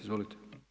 Izvolite.